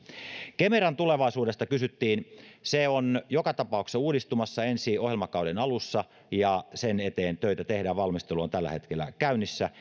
kemeran tulevaisuudesta kysyttiin se on joka tapauksessa uudistumassa ensi ohjelmakauden alussa ja sen eteen töitä tehdään valmistelu on tällä hetkellä käynnissä